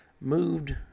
moved